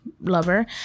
lover